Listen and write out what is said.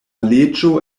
leĝo